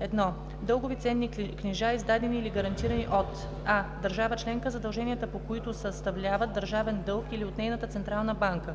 1. дългови ценни книжа, издадени или гарантирани от: а) държава членка, задълженията по които съставляват държавен дълг, или от нейната централна банка;